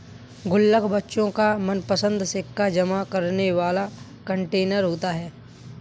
गुल्लक बच्चों का मनपंसद सिक्का जमा करने वाला कंटेनर होता है